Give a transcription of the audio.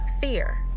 fear